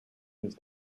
his